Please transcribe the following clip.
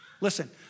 Listen